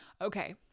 okay